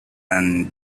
and